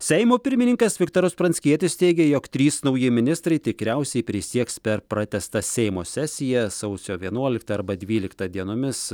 seimo pirmininkas viktoras pranckietis teigė jog trys nauji ministrai tikriausiai prisieks per pratęstą seimo sesiją sausio vienuoliktą arba dvyliktą dienomis